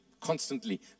constantly